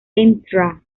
ntra